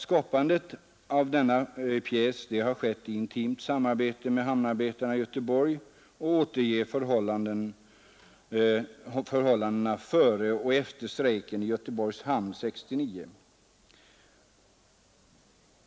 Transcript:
Skapandet av denna pjäs har skett i intimt samarbete med hamnarbetarna i Göteborg, och pjäsen återger förhållandena före och efter strejken i Göteborgs hamn 1969.